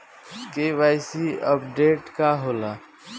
KYC updation का होला?